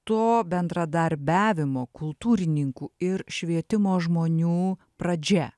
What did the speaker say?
to bendradarbiavimo kultūrininkų ir švietimo žmonių pradžia